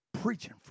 preaching